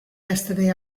yesterday